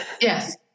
Yes